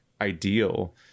ideal